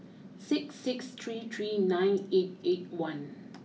six six three three nine eight eight one